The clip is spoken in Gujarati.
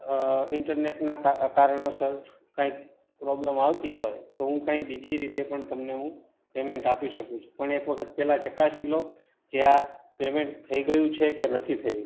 આ ઈન્ટરનેટનાં કા કારણોસર કંઈક પ્રોબ્લેમ આવતી હોય તો હું કંઈ બીજી રીતે પણ તમને હું પેમેન્ટ આપી શકું છું પણ એક વખત પહેલાં ચકાસી લો કે આ પેમેન્ટ થઇ ગયેલું છે કે નથી થયું